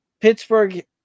Pittsburgh